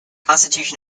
constitution